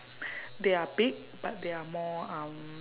they are big but they are more um